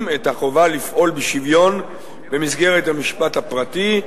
את החובה לפעול בשוויון במסגרת המשפט הפרטי,